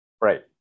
Right